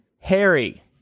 Harry